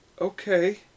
Okay